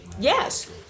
Yes